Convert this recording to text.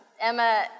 Emma